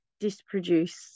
disproduce